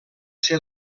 ser